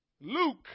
Luke